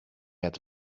had